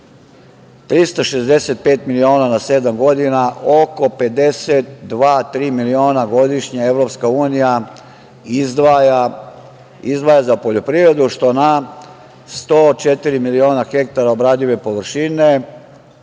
365 miliona na sedam godina, oko 52, 53 miliona godišnja EU izdvaja za poljoprivredu, što na 104 miliona hektara obradive površine